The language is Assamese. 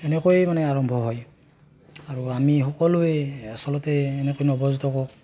এনেকৈয়ে মানে আৰম্ভ হয় আৰু আমি সকলোৱে আচলতে এনেকৈ নৱজাতকক